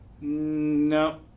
no